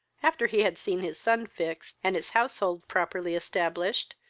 after he had seen his son fixed, and his household properly established,